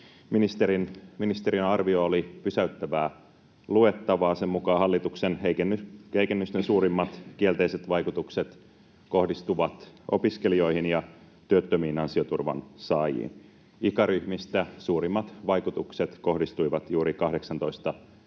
Ministeriön arvio oli pysäyttävää luettavaa. Sen mukaan hallituksen heikennysten suurimmat kielteiset vaikutukset kohdistuvat opiskelijoihin ja työttömiin ansioturvan saajiin. Ikäryhmistä suurimmat vaikutukset kohdistuivat juuri